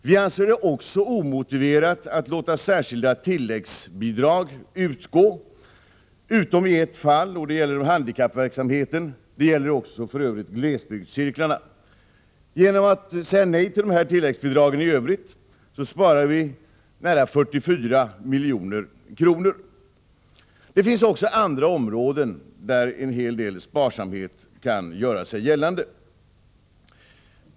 Vi anser det också omotiverat att låta särskilda tilläggsbidrag utgå utom i ett par fall — till handikappverksamheten och till glesbygdscirklarna. Genom att säga nej till tilläggsbidrag i övrigt sparar vi nära 44 milj.kr. Det finns också andra områden där en hel del sparsamhet kan göra sig gällande.